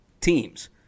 teams